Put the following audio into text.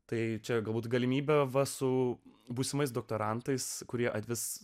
tai čia galbūt galimybė va su būsimais doktorantais kurie vis